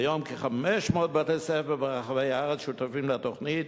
כיום כ-500 בתי-ספר ברחבי הארץ שותפים לתוכנית